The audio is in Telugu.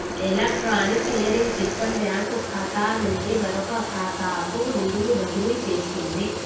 ఎలక్ట్రానిక్ క్లియరింగ్ సిస్టం బ్యాంకు ఖాతా నుండి మరొక ఖాతాకు నిధులు బదిలీ చేస్తుంది